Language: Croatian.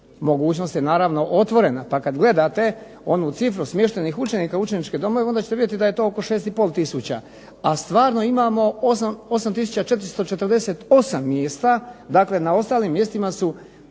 Mogućnost je naravno otvorena pa kad gledate onu cifru smještenih učenika u učeničke domove onda ćete vidjeti da je to oko 6,5 tisuća, a stvarno imamo 8 tisuća 448 mjesta. Dakle, na ostalim mjestima su